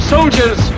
Soldiers